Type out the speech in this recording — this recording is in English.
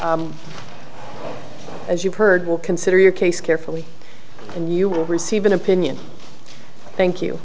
as you've heard will consider your case carefully you will receive an opinion thank you